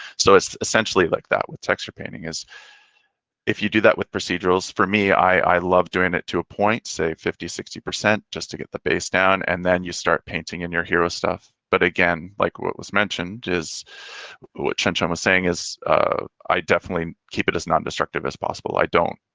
so, it's essentially like that with texture painting is if you do that with procedurals, for me, i love doing it to a point say, fifty, sixty percent just to get the base down. and then you start painting in your hero stuff. but again, like what was mentioned just what chin chin was saying is i definitely keep it as nondestructive as possible. i don't,